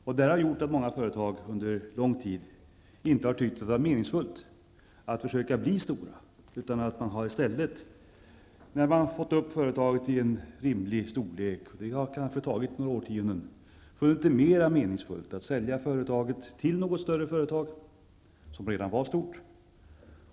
Det här har gjort att många företag under lång tid inte har tyckt att det har varit meningsfullt att försöka bli stora. Man har i stället när företaget har blivit rimligt stort -- det har kanske tagit några årtionden -- funnit det mera meningsfullt att sälja företaget till något större företag som redan var stort.